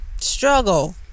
struggle